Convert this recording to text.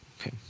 Okay